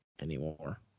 Anymore